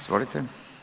Izvolite.